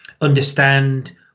understand